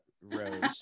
Rose